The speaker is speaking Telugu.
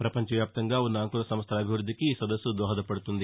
ప్రపంచ వ్యాప్తంగా ఉన్న అంకురసంస్థల అభివృద్ధికి ఈ సదస్సు దోహదపడుతుంది